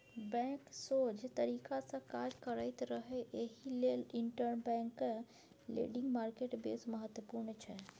bank सोझ तरीकासँ काज करैत रहय एहि लेल इंटरबैंक लेंडिंग मार्केट बेस महत्वपूर्ण छै